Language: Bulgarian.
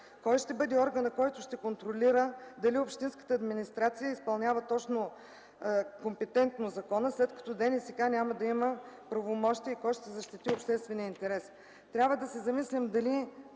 Кой ще бъде органът, който ще контролира дали общинската администрация изпълнява точно и компетентно закона, след като ДНСК няма да има правомощия? И кой ще защити обществения интерес?